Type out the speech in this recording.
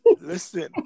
Listen